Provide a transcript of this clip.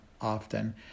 often